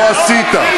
לא עשית.